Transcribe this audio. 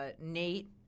Nate